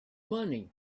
money